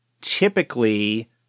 typically